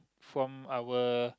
from our